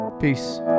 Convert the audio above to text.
peace